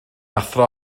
athro